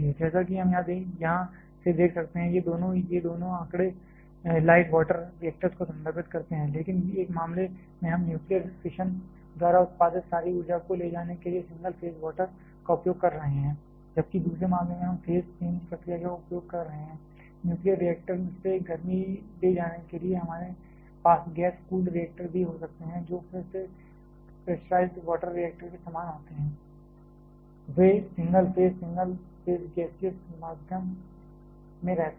जैसा कि हम यहां से देख सकते हैं ये दोनों ये दोनों आंकड़े लाइट वाटर रिएक्टरों को संदर्भित करते हैं लेकिन एक मामले में हम न्यूक्लियर फिशन द्वारा उत्पादित सारी गर्मी को ले जाने के लिए सिंगल फेज वाटर का उपयोग कर रहे हैं जबकि दूसरे मामले में हम फेज चेंज प्रक्रिया का उपयोग कर रहे हैं न्यूक्लियर रिएक्टर से गर्मी ले जाने के लिए हमारे पास गैस कूल्ड रिएक्टर भी हो सकते हैं जो फिर से प्रेशराइज्ड वॉटर रिएक्टर के समान होते हैं वे single phase single phase gaseous माध्यम में रहते हैं